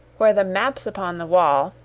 where the maps upon the wall,